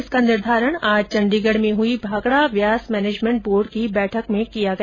इसका निर्धारण आज चंडीगढ़ में हई भाखड़ा ब्यास मैनेजमेंट बोर्ड की बैठक में किया गया